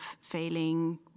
failing